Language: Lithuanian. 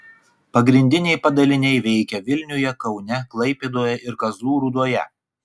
pagrindiniai padaliniai veikia vilniuje kaune klaipėdoje ir kazlų rūdoje